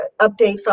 updates